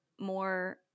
more